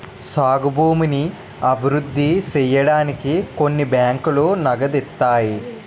సాగు భూమిని అభివృద్ధి సేయడానికి కొన్ని బ్యాంకులు నగదిత్తాయి